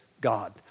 God